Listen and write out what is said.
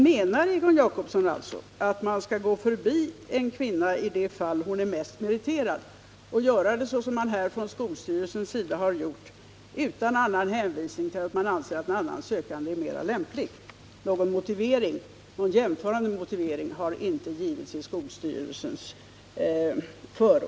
Menar Egon Jacobsson alltså att man skall förbigå en kvinna i det fall då hon är den mest meriterade och göra det — såsom man här från skolstyrelsens sida har gjort — utan annan hänvisning än att man anser att en annan sökande är mera lämplig? Någon jämförande motivering har inte gjorts i skolstyrelsens förord.